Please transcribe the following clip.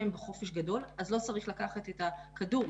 הם בחופש גדול אז לא צריך לקחת את הכדור,